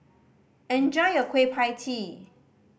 enjoy your Kueh Pie Tee